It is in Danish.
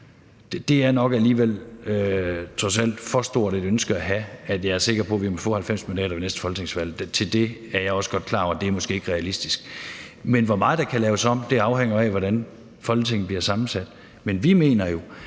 Det er nok alligevel trods alt for stort et ønske at have at få 90 mandater ved næste folketingsvalg. Det er jeg også godt klar over måske ikke er realistisk. Men hvor meget der kan laves om i, afhænger af, hvordan Folketinget bliver sammensat. Vi mener jo,